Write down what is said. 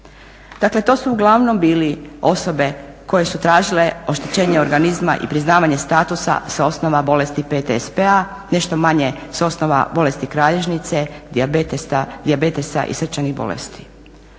Dakle, to su uglavnom bili osobe koje su tražile oštećenje organizma i priznavanje statusa sa osnova bolesti PTSP-a, nešto manje sa osnova bolesti kralježnice, dijabetesa i srčanih bolesti.